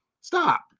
Stop